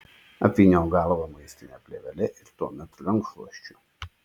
apvyniok galvą maistine plėvele ir tuomet rankšluosčiu